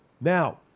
Now